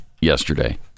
yesterday